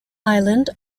island